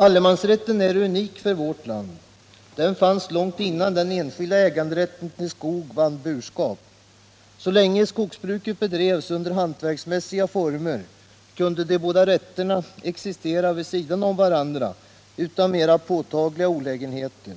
Allemansrätten är unik för vårt land. Den fanns långt innan den enskilda äganderätten till skog vann burskap. Så länge skogsbruket bedrevs under hantverksmässiga former kunde de båda rätterna existera vid sidan av varandra utan mera påtagliga olägenheter.